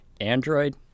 Android